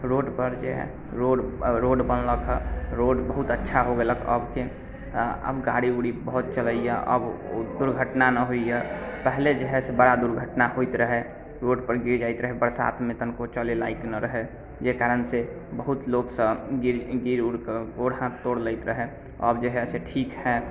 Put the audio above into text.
road पर जे road road बनलक हँ रोड बहुत अच्छा हो गेलक अबके अब गाड़ी ओड़ी बहुत चलैया अब दुर्घटना नहि होइया पहिले जे है से बड़ा दुर्घटना होइत रहै रोड पर गिर जाइत रहै बरसातमे तनिको चलै लायक नहि रहै जाहि कारण से बहुत लोक सभ गिर गिर ओरके गोड़ हाथ तोड़ि लैत रहै अब जे है से ठीक है